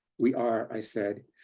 we are, i said,